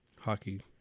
Hockey